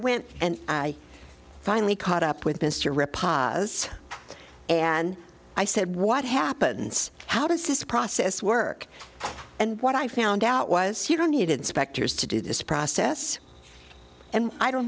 went and i finally caught up with mr repast and i said what happens how does this process work and what i found out was you don't need inspectors to do this process and i don't